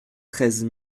treize